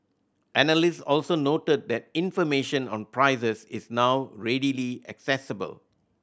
analyst also noted that information on prices is now readily accessible